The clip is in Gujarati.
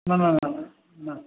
ના ના ના ના